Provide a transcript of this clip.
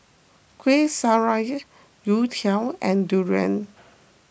Kuih Syara Youtiao and Durian